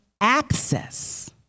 access